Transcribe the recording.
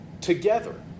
together